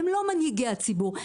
הם לא מנהיגי הציבור.